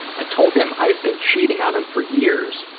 i told him i had been cheating on him for years.